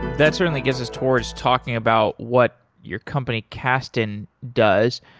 that certainly gets us towards talking about what your company kasten does.